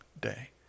day